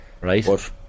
right